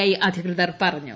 I അധികൃതർ പറഞ്ഞു